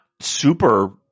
super